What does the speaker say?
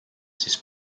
siis